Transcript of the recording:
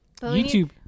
YouTube